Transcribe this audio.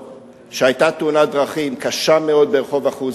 שהיתה תאונת דרכים קשה מאוד ברחוב אחוזה,